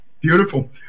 Beautiful